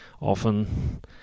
often